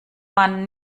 man